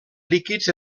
líquids